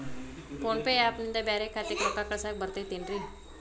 Phone pay app ನಿಂದ ಬ್ಯಾರೆ ಖಾತೆಕ್ ರೊಕ್ಕಾ ಕಳಸಾಕ್ ಬರತೈತೇನ್ರೇ?